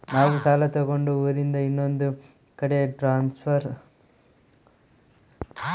ನಾವು ಸಾಲ ತಗೊಂಡು ಊರಿಂದ ಇನ್ನೊಂದು ಕಡೆ ಟ್ರಾನ್ಸ್ಫರ್ ಆದರೆ ಸಾಲ ಕಂತು ಅದೇ ಊರಿನಾಗ ಕಟ್ಟಿದ್ರ ನಡಿತೈತಿ?